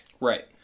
Right